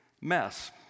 mess